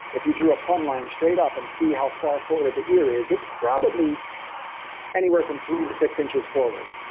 if you drew a plumb line straight up and see how far forward the ear is, it's probably anywhere from three to six inches forward.